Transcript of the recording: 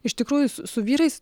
iš tikrųjų su su vyrais